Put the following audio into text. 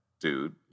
dude